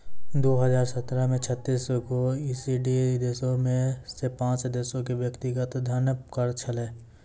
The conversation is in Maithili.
दु हजार सत्रह मे छत्तीस गो ई.सी.डी देशो मे से पांच देशो पे व्यक्तिगत धन कर छलै